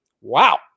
wow